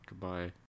goodbye